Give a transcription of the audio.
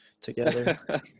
together